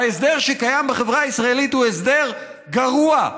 ההסדר שקיים בחברה הישראלית הוא הסדר גרוע,